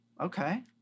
Okay